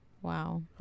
Wow